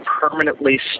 permanently